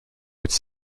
its